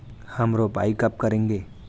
हम रोपाई कब करेंगे?